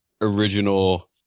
original